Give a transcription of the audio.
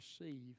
receive